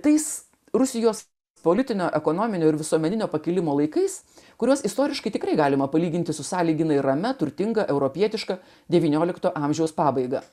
tais rusijos politinio ekonominio ir visuomeninio pakilimo laikais kurios istoriškai tikrai galima palyginti su sąlyginai rami turtinga europietiška devyniolikto amžiaus pabaiga